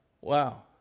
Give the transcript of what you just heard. wow